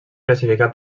classificar